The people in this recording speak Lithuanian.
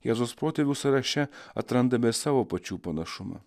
jėzaus protėvių sąraše atrandame savo pačių panašumą